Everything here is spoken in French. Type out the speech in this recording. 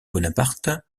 bonaparte